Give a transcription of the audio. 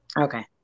Okay